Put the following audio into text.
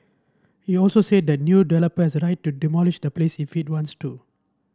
he also said that the new developer has the right to demolish the place if it wants to